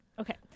Okay